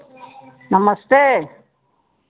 नमस्ते